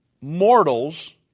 mortals